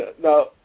Now